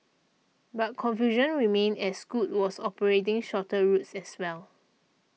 but confusion remained as Scoot was operating shorter routes as well